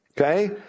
okay